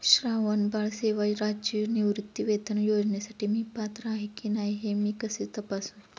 श्रावणबाळ सेवा राज्य निवृत्तीवेतन योजनेसाठी मी पात्र आहे की नाही हे मी कसे तपासू?